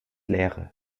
leere